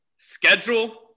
schedule